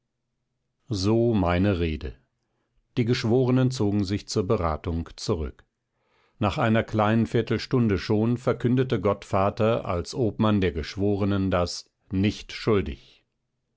so meine rede die geschworenen zogen sich zur beratung zurück nach einer kleinen viertelstunde schon verkündete gottvater als obmann der geschworenen das nichtschuldig